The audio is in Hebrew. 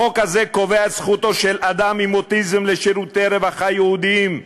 החוק הזה קובע את זכותו של אדם עם אוטיזם לשירותי רווחה ייעודיים,